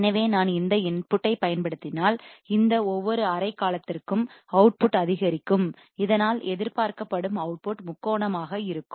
எனவே நான் இந்த இன்புட்டைப் பயன்படுத்தினால் இந்த ஒவ்வொரு அறை காலத்திற்கும் அவுட்புட் அதிகரிக்கும் இதனால் எதிர்பார்க்கப்படும் அவுட்புட் முக்கோணமாக இருக்கும்